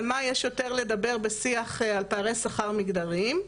על מה יש יותר לדבר בשיח על פערי שכר מגדריים?